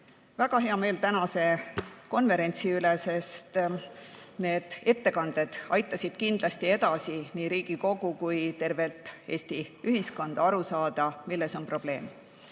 väga hea meel tänase konverentsi üle, sest need ettekanded aitasid kindlasti nii Riigikogu kui tervet Eesti ühiskonda aru saada, milles on probleem.